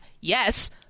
Yes